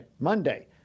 Monday